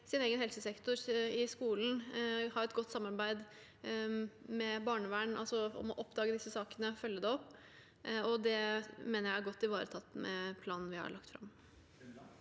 i egen helsesektor og i skolen og har et godt samarbeid med barnevernet for å oppdage disse sakene og følge dem opp. Det mener jeg er godt ivaretatt med planen vi har lagt fram.